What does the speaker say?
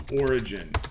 origin